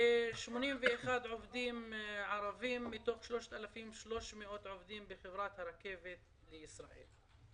ויש 81 עובדים ערבים מתוך 3,300 עובדים ברכבת ישראל.